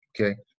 Okay